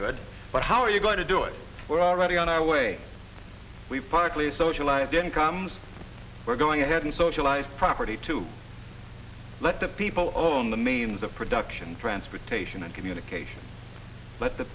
good but how are you going to do it we're already on our way we partly socialized incomes we're going ahead and socialized property to let the people own the means of production transportation and communication let the